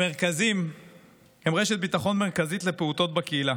המרכזים הם רשת ביטחון מרכזית לפעוטות בקהילה